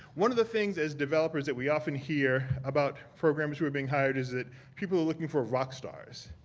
one of the things as developers that we often hear about programmers who are being hired is that people are looking for rock stars,